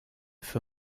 für